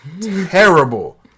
terrible